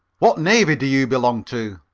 what navy do you belong to?